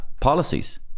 policies